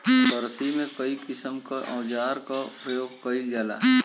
किरसी में कई किसिम क औजार क परयोग कईल जाला